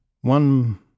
One